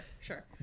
sure